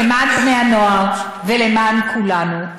אז למען בני-הנוער ולמען כולנו,